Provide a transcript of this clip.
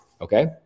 Okay